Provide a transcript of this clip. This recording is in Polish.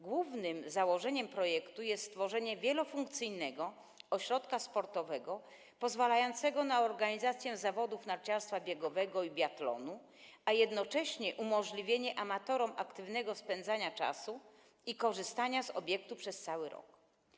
Głównym założeniem projektu jest stworzenie wielofunkcyjnego ośrodka sportowego pozwalającego na organizację zawodów narciarstwa biegowego i biathlonu, a jednocześnie umożliwienie amatorom aktywnego spędzania czasu i korzystania z obiektu przez cały rok.